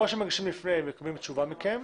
או שמגישים לפני ומקבלים תשובה מכם,